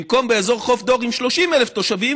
במקום באזור חוף דור עם 30,000 תושבים,